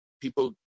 people